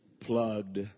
plugged